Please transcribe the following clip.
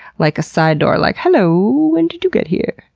like a side door, like, hellooo. when did you get here?